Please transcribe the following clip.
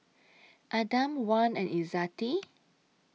Adam Wan and Izzati